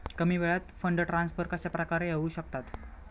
कमी वेळात fund transfer कशाप्रकारे होऊ शकतात?